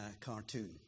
cartoon